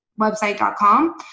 website.com